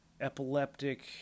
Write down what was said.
epileptic